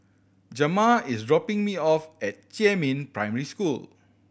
Jamar is dropping me off at Jiemin Primary School